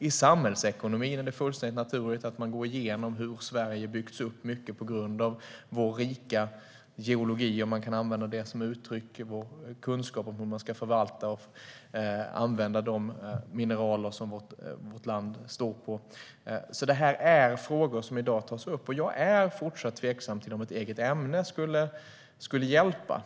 I samhällsekonomin är det fullständigt naturligt att man går igenom hur Sverige har byggts upp mycket tack vare vår rika geologi, om man kan använda ett sådant uttryck om vår kunskap om hur man ska förvalta och använda de mineraler som vårt land står på. Det här är alltså frågor som tas upp i dag, och jag är fortsatt tveksam till om ett eget ämne skulle hjälpa.